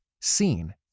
seen